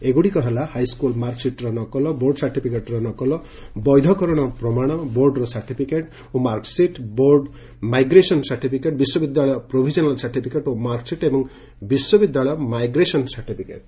ଏଗୁଡ଼ିକ ହେଲା ହାଇସ୍କୁଲ୍ ମାର୍କସିଟ୍ର ନକଲ ବୋର୍ଡ ସାର୍ଟିଫିକେଟ୍ର ନକଲ ବୈଧକରଶ ପ୍ରମାଶ ବୋର୍ଡର ସାର୍ଟିଫିକେଟ୍ ଓ ମାର୍କସିଟ୍ ବୋର୍ଡ ମାଇଗ୍ରେସନ୍ ସାର୍ଟିଫିକେଟ୍ ବିଶ୍ୱବିଦ୍ୟାଳୟ ପ୍ରୋଭିକିନାଲ୍ ସାର୍ଟିଫିକେଟ୍ ଓ ମାର୍କସିଟ୍ ଏବଂ ବିଶ୍ୱବିଦ୍ୟାଳୟ ମାଇଗ୍ରେସନ୍ ସାର୍ଟିଫିକେଟ୍